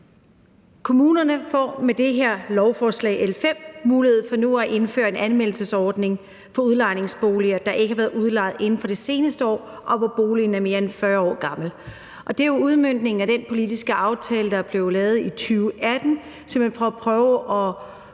Kommunerne får med det her lovforslag, L 5, mulighed for nu at indføre en anmeldelsesordning for udlejningsboliger, der ikke har været udlejet inden for det seneste år, og hvor boligen er mere end 40 år gammel. Det er udmøntningen af den politiske aftale, der blev lavet i 2018, som skal